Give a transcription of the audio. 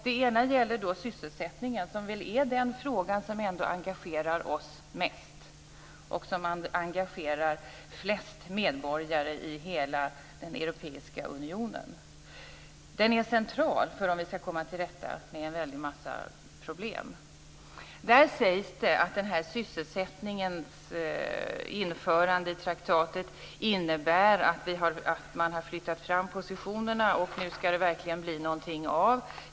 Det första gäller sysselsättningen som väl är den fråga som engagerar oss mest och som engagerar flest medborgare i den europeiska unionen. Den är central för att vi skall komma till rätta med en väldigt massa problem. Det sägs här att införandet av sysselsättningen i traktaten innebär att man har flyttat fram positionerna och att det nu verkligen skall bli någonting av.